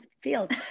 field